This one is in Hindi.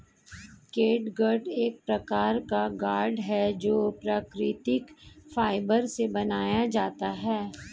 कैटगट एक प्रकार का कॉर्ड है जो प्राकृतिक फाइबर से बनाया जाता है